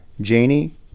Janie